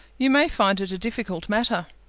you may find it a difficult matter.